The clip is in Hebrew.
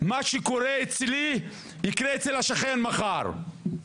מה שקורה אצלי יקרה אצל השכן מחר.